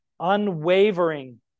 unwavering